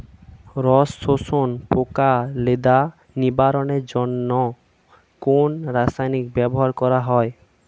রস শোষক পোকা লেদা নিবারণের জন্য কোন রাসায়নিক ব্যবহার করা হয়?